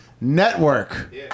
Network